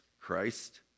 Christ